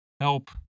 help